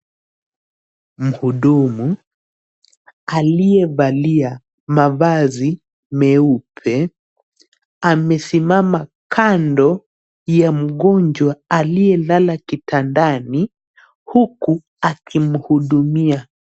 Mhudumu aliyevalia mavazi meupe, amesimama kando ya mgonjwa aliye lala kitandani huku akimhudumia.